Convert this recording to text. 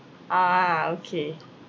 ah okay